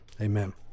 Amen